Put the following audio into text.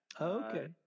Okay